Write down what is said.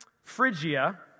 Phrygia